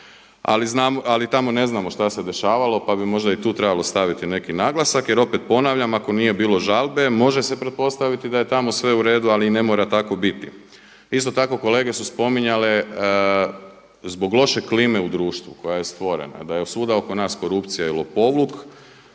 Ali tamo ne znamo šta se dešavalo pa bi možda i tu trebalo staviti neki naglasak jer opet ponavljam, ako nije bilo žalbe može se pretpostaviti da je tamo sve uredu ali i ne mora tako biti. Isto tako kolege su spominjale zbog loše klime u društvu koja je stvorena, da je svuda oko nas korupcija i lopovluk